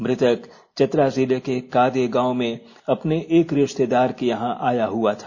मृतक चतरा जिले के कादे गांव में अपने एक रिश्तेदार के यहां आया हुआ था